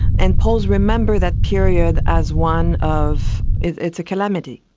and poles remember that period as one of, it's a calamity.